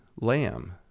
lamb